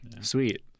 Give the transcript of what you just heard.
sweet